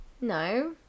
No